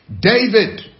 David